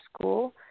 school